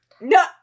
No